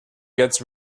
gets